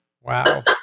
Wow